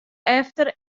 efter